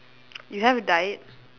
you have died